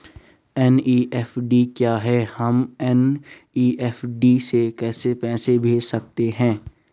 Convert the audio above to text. NEFT क्या है हम एन.ई.एफ.टी से कैसे पैसे भेज सकते हैं?